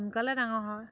সোনকালে ডাঙৰ হয়